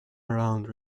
around